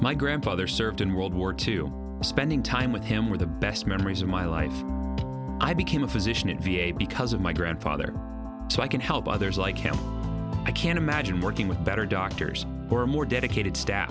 my grandfather served in world war two spending time with him were the best memories of my life i became a physician in v a because of my grandfather so i can help others like him i can't imagine working with better doctors or more dedicated staff